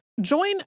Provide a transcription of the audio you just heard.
Join